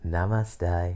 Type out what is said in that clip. Namaste